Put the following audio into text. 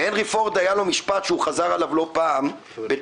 הנרי פורד היה לו משפט שהוא חזר עליו לא פעם בתלונה.